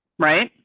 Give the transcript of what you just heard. right